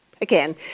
Again